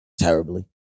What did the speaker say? Terribly